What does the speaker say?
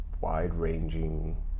wide-ranging